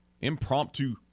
Impromptu